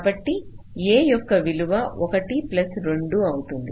కాబట్టి A యొక్క విలువ 1 ప్లస్ 2 అవుతుంది